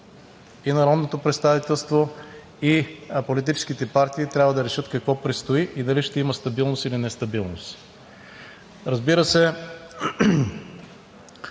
и народното представителство, и политическите партии трябва да решат какво предстои и дали ще има стабилност или нестабилност. Разбира се,